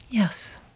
yes.